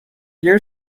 year